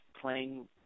playing